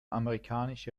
amerikanische